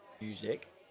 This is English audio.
music